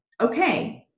okay